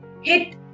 hit